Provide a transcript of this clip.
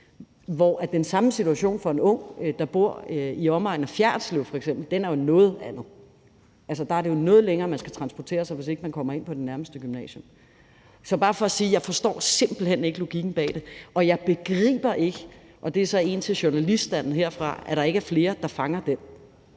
hvorimod situationen for en ung, der bor i omegnen af f.eks. Fjerritslev, jo er en noget anden. Altså, der er det noget længere, man skal transportere sig, hvis ikke man kommer ind på det nærmeste gymnasium. Så det er bare for at sige, at jeg simpelt hen ikke forstår logikken bag det, og at jeg ikke begriber – og det er så en til journaliststanden herfra – at der ikke er flere, der fanger den.